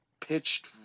pitched